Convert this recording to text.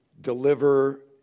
deliver